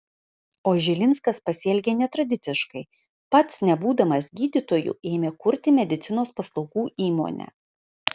o žilinskas pasielgė netradiciškai pats nebūdamas gydytoju ėmė kurti medicinos paslaugų įmonę